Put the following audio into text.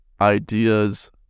ideas